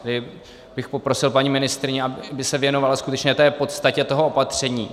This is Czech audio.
Tady bych poprosil paní ministryni, aby se věnovala skutečně podstatě toho opatření.